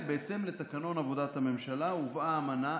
בהתאם לתקנון עבודת הממשלה הובאה האמנה,